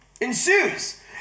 Ensues